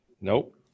Nope